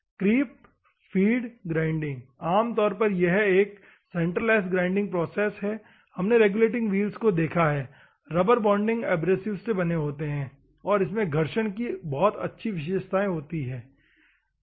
creep feed grinding आम तौर पर एक सेंटरलेस ग्राइंडिंग प्रोसेस में हमने रेगुलेटिंग व्हील्स को देखा है वे रबर बॉन्डिंग एब्रेसिव्स से बने होते हैं और इसमें घर्षण की अच्छी विशेषताएं होती हैं ठीक है